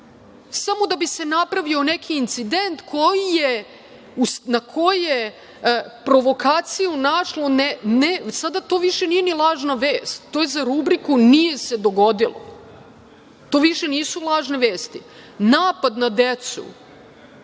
samo da bi se napravio neki incident na koji je provokaciju našlo, sada to više nije ni lažna vest, to je za rubriku – nije se dogodilo. To više nisu lažne vesti. Napad na decu